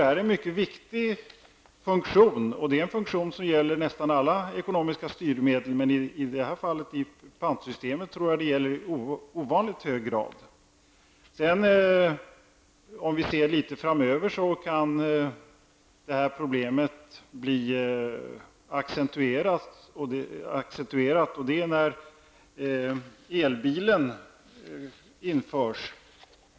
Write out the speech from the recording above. Detta är en mycket viktig funktion, som gäller nästan alla ekonomiska styrmedel, men i fråga om pantsystemet tror jag att det gäller i ovanligt hög grad. Om vi ser litet framöver kan det här problemet bli accentuerat, nämligen om elbilen införs.